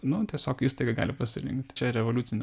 nu tiesiog įstaiga gali pasirinkt čia revoliucinė